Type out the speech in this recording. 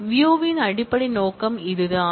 வியூன் அடிப்படை நோக்கம் இதுதான்